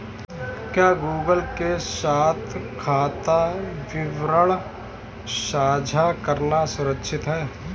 क्या गूगल के साथ खाता विवरण साझा करना सुरक्षित है?